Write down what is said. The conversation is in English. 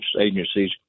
agencies